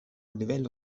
livello